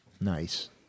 nice